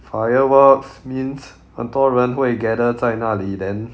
fireworks means 很多人会 gather 在那里 then